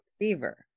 receiver